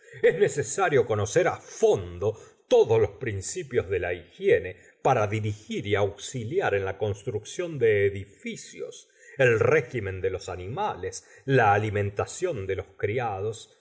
es necesario conocer fondo todos los principios de la higiene para dirigir y auxiliar en la construcción de edificios el régimen de los animales la alimentación de los cris